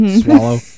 Swallow